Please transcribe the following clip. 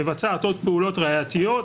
מבצעת עוד פעולות ראייתיות,